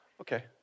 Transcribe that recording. Okay